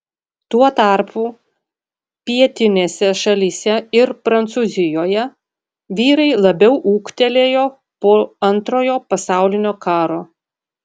tuo tarpu pietinėse šalyse ir prancūzijoje vyrai labiau ūgtelėjo po antrojo pasaulinio karo